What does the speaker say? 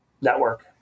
network